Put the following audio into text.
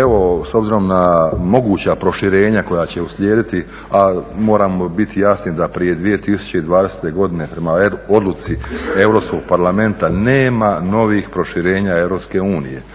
evo s obzirom na moguća proširenja koja će uslijediti a moramo biti jasni da prije 2020. godine prema odluci Europskog parlamenta nema novih proširenja EU. Dakle,